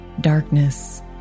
darkness